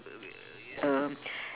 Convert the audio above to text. um